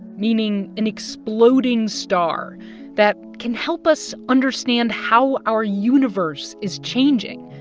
meaning an exploding star that can help us understand how our universe is changing.